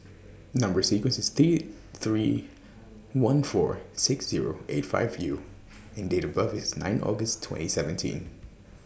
Number sequence IS T three one four six Zero eight five U and Date of birth IS nine August twenty seventeen